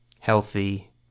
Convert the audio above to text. Healthy